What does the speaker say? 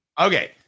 Okay